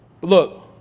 look